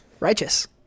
righteous